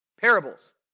Parables